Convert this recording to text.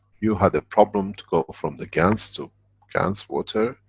you had a problem to go from the gans to gans-water.